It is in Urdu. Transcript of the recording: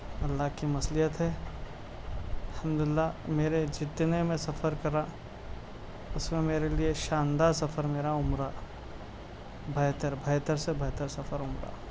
اللہ کی مصلیحت ہے حمد للہ میرے جتنے میں سفر کرا اُس میں میرے لیے شاندار سفر میرا عمرہ رہا بہتر بہتر سے بہتر سفر عمرہ